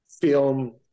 film